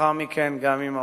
ולאחר מכן גם עם האוצר.